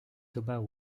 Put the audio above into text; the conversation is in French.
thomas